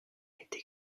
été